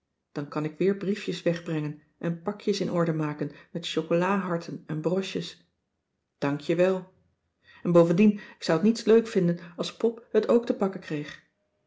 dan kan ik weer briefjes wegbrengen en pakjes in orde maken met chocolaharten en broches dank je wel en bovendien ik zou t niets leuk vinden als pop het ook te pakken kreeg